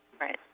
Right